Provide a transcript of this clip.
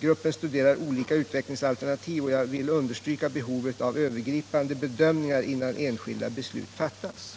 Gruppen studerar olika utvecklingsalternativ, och jag vill understryka behovet av övergripande bedömningar innan enskilda beslut fattas.